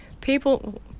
people